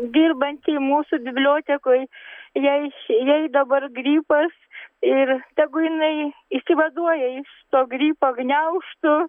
dirbančiai mūsų bibliotekoj jai š jai dabar gripas ir tegu jinai išsivaduoja iš to gripo gniaužtų